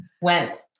went